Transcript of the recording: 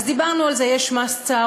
אז דיברנו על זה: יש מס צהרונים,